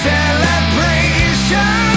Celebration